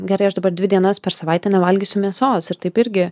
gerai aš dabar dvi dienas per savaitę nevalgysiu mėsos ir taip irgi